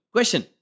Question